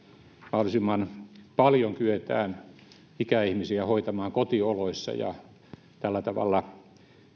mahdollisimman paljon kyetään ikäihmisiä hoitamaan kotioloissa ja tällä tavalla